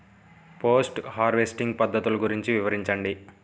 Post harvesting పద్ధతులు గురించి వివరించండి?